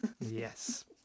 yes